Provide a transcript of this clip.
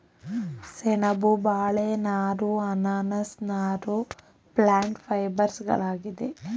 ಸೆಣಬು, ಬಾಳೆ ನಾರು, ಅನಾನಸ್ ನಾರು ಪ್ಲ್ಯಾಂಟ್ ಫೈಬರ್ಸ್ಗಳಾಗಿವೆ